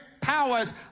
powers